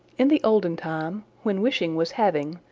in the olden time, when wishing was having,